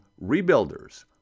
Rebuilders